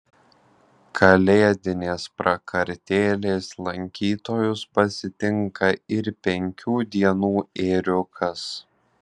kalėdinės prakartėlės lankytojus pasitinka ir penkių dienų ėriukas